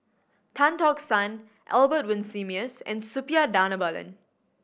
Tan Tock San Albert Winsemius and Suppiah Dhanabalan